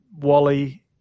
Wally